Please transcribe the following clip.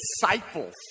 disciples